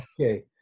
Okay